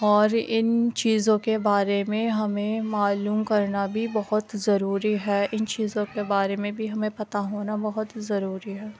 اور ان چیزوں کے بارے میں ہمیں معلوم کرنا بھی بہت ضروری ہے ان چیزوں کے بارے میں بھی ہمیں پتا ہونا بہت ہی ضروری ہے